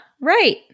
right